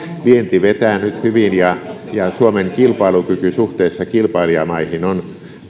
vienti vetää nyt hyvin ja suomen kilpailukyky suhteessa kilpailijamaihin on